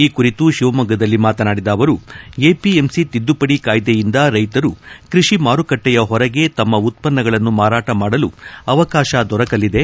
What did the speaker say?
ಈ ಕುರಿತು ಶಿವಮೊಗ್ಗದಲ್ಲಿ ಮಾತನಾಡಿದ ಅವರು ಎಪಿಎಂಸಿ ತಿದ್ದುಪಡಿ ಕಾಯ್ದೆಯಿಂದ ರೈತರು ಕೃಷಿ ಮಾರುಕಟ್ನೆಯ ಹೊರಗೆ ತಮ್ಮ ಉತ್ಪನ್ನಗಳನ್ನು ಮಾರಾಟ ಮಾಡಲು ಅವಕಾಶ ದೊರಕಲಿದೆ